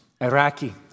Iraqi